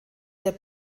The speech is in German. der